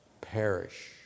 Perish